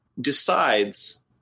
decides